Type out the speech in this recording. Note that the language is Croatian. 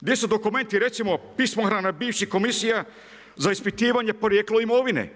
Gdje su dokumenti, recimo pismohrana bivših komisija, za ispitivanje porijeklo imovine?